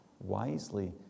wisely